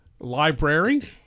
library